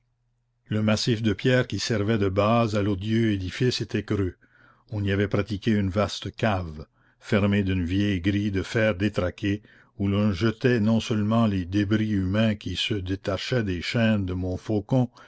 le massif de pierre qui servait de base à l'odieux édifice était creux on y avait pratiqué une vaste cave fermée d'une vieille grille de fer détraquée où l'on jetait non seulement les débris humains qui se détachaient des chaînes de